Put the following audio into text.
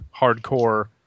hardcore